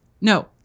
No